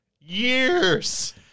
years